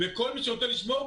וכל מי שרוצה לשמור,